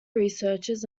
researches